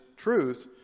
truth